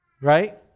Right